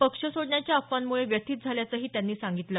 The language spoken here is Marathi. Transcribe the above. पक्ष सोडण्याच्या अफवांमुळे व्यथित झाल्याचंही त्यांनी सांगितलं